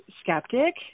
skeptic